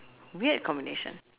weird combination